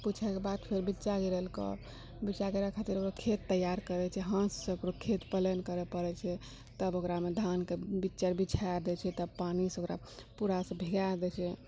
पूछएकेंँ बाद फिर बिज्जा गिरेलको बिज्जा गिराए खातिर खेत तैयार करैछै हलसे खेत प्लेन करए पड़ैत छै तब ओकरामे धानके बिज्जा बिछाय देछे तब पानिसे ओकरा पूरा सँ भिगाए देछे